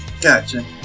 Gotcha